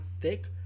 thick